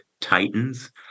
titans